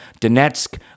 Donetsk